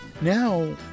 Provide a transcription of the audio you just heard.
Now